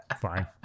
fine